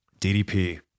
DDP